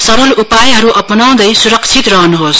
सरल उपायहरू अपनाउँदै सुरक्षित रहनुहोस्